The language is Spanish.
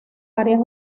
varias